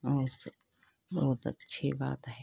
और उस बहुत अच्छी बात है